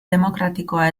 demokratikoa